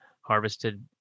harvested